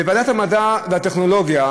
בוועדת המדע והטכנולוגיה,